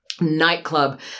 nightclub